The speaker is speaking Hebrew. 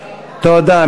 תודה.